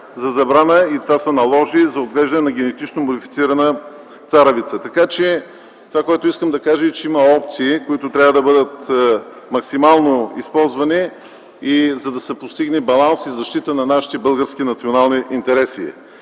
за забрана, и това се наложи, за отглеждане на генетично модифицирана царевица. Искам да кажа, че има опции, които трябва да бъдат максимално използвани, за да се постигне баланс и защита на нашите български национални интереси.